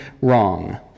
wrong